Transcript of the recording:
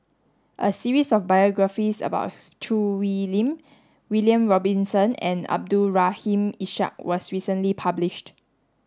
a series of biographies about Choo Hwee Lim William Robinson and Abdul Rahim Ishak was recently published